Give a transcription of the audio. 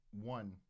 One